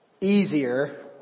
Easier